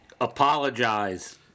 apologize